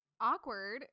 Awkward